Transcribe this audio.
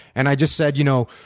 and i just said you know